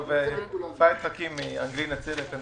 מהאנגלי בנצרת.